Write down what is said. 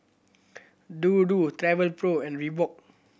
Dodo Travelpro and Reebok